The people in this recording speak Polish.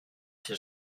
się